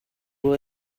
will